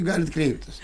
galit kreiptis